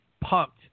pumped